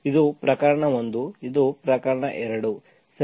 ಇದು ಪ್ರಕರಣ 1 ಇದು ಪ್ರಕರಣ 2 ಸರಿ